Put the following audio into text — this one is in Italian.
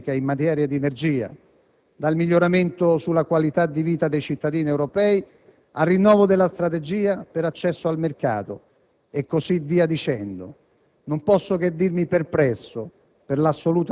dalla migliore gestione dei flussi migratori all'analisi strategica in materia di energia, dal miglioramento della qualità di vita dei cittadini europei al rinnovo della strategia per accesso al mercato